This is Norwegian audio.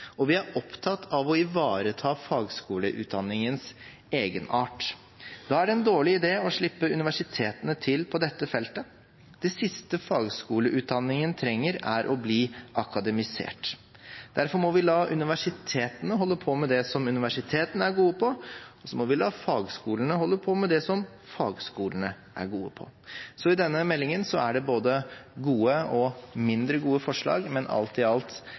og vi er opptatt av å ivareta fagskoleutdanningens egenart. Da er det en dårlig idé å slippe universitetene til på dette feltet. Det siste fagskoleutdanningen trenger, er å bli akademisert. Derfor må vi la universitetene holde på med det som universitetene er gode på, og så må vi la fagskolene holde på med det som fagskolene er gode på. I denne meldingen er det altså både gode og mindre gode forslag, men det er alt i alt